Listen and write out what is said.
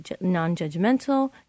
non-judgmental